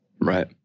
Right